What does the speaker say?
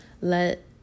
let